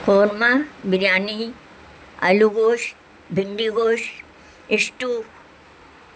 قورمہ بریانی آلو گوشت بھنڈی گوشت اسٹو